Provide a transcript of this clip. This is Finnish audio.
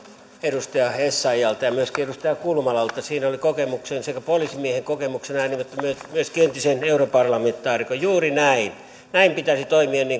edustaja essayahlta ja myöskin edustaja kulmalalta siinä oli sekä poliisimiehen kokemuksen ääni että myöskin entisen europarlamentaarikon juuri näin näin pitäisi toimia